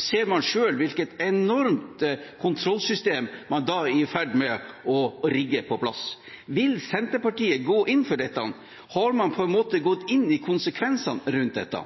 ser man selv hvilket enormt kontrollsystem man da er i ferd med å rigge på plass. Vil Senterpartiet gå inn for dette? Har man på en måte gått inn i konsekvensene rundt dette?